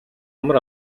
амар